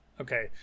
okay